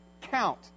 count